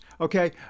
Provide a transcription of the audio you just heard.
okay